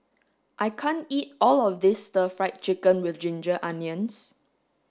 I can't eat all of this stir fried chicken with ginger onions